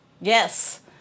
Yes